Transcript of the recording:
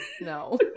No